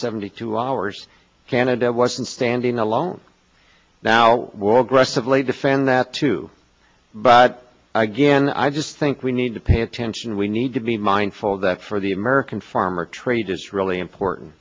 seventy two hours canada wasn't standing alone now will aggressively defend that too but again i just think we need to pay attention we need to be mindful that for the american farmer trade is really important